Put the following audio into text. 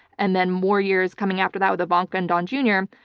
and then more years coming after that with ivanka and don jr,